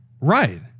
Right